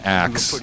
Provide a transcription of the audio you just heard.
axe